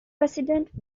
president